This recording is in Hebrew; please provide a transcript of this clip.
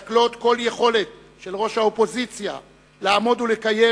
מסכלות יכולת של ראש האופוזיציה לעמוד ולקיים